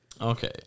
Okay